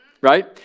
right